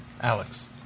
Alex